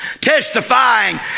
testifying